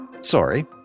sorry